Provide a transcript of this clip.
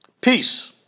peace